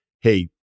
hey